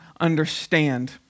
understand